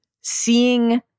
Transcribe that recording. seeing